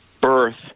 birth